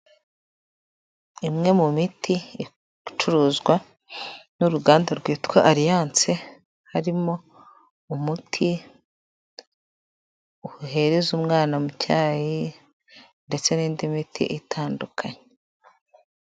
Imwe mu miti icuruzwa n'uruganda rwitwa Ariyanse, harimo umuti uhereza umwana mu cyayi ndetse n'indi miti itandukanye.